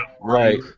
Right